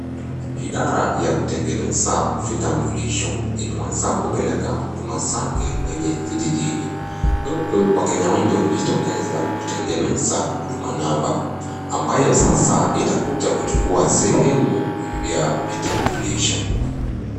Idara ya kutengeneza vitambulisho imeweza kupeleka huduma zake kwenye vijijini, uku wakenya wengi wakijitokeza kutengeneza huduma namba. Ambayo sasa itakuja kuchukua sehemu ya vitambulisho.